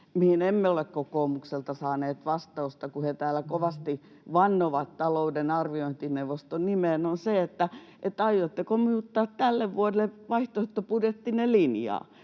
mihin emme ole kokoomukselta saaneet vastausta, kun he täällä kovasti vannovat talouden arviointineuvoston nimeen, on se, aiotteko muuttaa tälle vuodelle vaihtoehtobudjettinne linjaa.